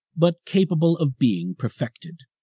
but capable of being perfected.